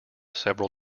several